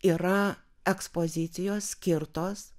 yra ekspozicijos skirtos